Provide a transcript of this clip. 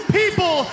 people